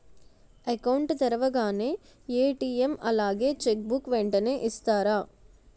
Account తెరవగానే ATM అలాగే cheque book వెంటనే ఇస్తారా?